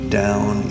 down